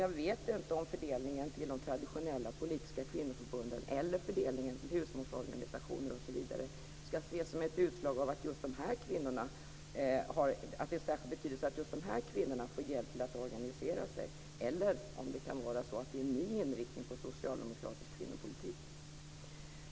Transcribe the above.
Jag vet inte om fördelningen till de traditionella politiska kvinnoförbunden, husmodersorganisationer osv. skall ses som ett utslag av att det är av betydelse att just dessa kvinnor organiserar sig eller om det är en ny inriktning på socialdemokratisk kvinnopolitik.